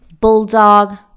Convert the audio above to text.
Bulldog